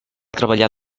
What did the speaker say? treballar